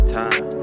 time